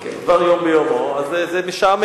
כן, דבר יום ביומו, אז זה משעמם.